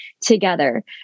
together